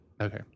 okay